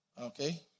Okay